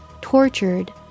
tortured